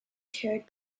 chaired